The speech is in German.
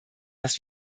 das